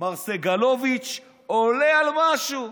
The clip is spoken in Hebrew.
מר סגלוביץ' עולה על משהו.